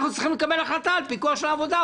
אנחנו צריכים לקבל החלטה על הפיקוח של העבודה.